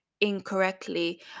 incorrectly